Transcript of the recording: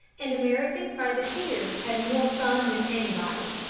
and american privateers had more fun than anybody.